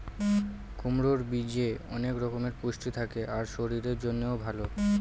কুমড়োর বীজে অনেক রকমের পুষ্টি থাকে আর শরীরের জন্যও ভালো